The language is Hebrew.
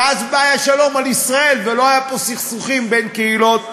ואז היה בא שלום על ישראל ולא היו פה סכסוכים בין קהילות.